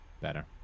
Better